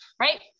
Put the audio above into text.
right